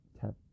tap